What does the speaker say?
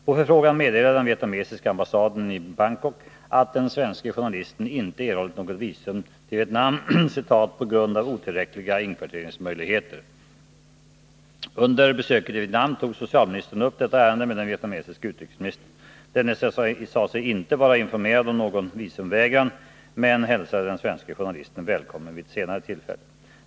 På förfrågan meddelade den vietnamesiska ambassaden i Bangkok att den svenske journalisten inte erhållit något visum till Vietnam ”på grund av otillräckliga inkvarteringsmöjligheter”. Under besöket i Vietnam tog socialministern upp detta ärende med den vietnamesiske utrikesministern. Denne sade sig inte vara informerad om någon visumvägran men hälsade den svenske journalisten välkommen vid ett senare tillfälle.